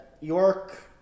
York